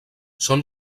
són